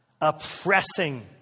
Oppressing